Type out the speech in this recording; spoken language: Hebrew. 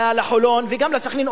לחולון וגם לסח'נין,